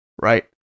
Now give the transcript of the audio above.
right